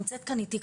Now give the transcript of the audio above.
נמצאת כאן איתי,